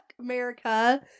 America